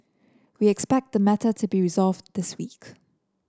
we expect the matter to be resolved this week